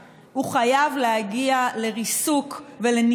הוא יכול היה לרכוש את התרופה בכל בית